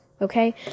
Okay